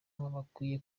bakwiye